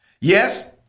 Yes